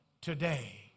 today